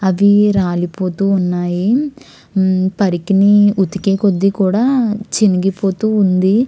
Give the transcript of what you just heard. అవి రాలిపోతూ ఉన్నాయి పరికిణి ఉతికే కొద్ది కూడా చినిగిపోతూ ఉంది